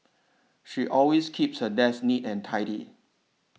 she always keeps her desk neat and tidy